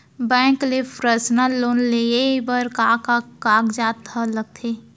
Bank ले personal loan लेये बर का का कागजात ह लगथे?